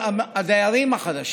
הדיירים החדשים,